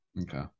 Okay